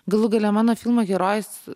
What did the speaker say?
galų gale mano filmo herojus